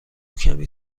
کمی